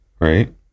Right